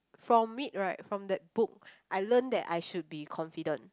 from it right from that book I learn that I should be confident